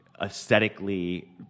aesthetically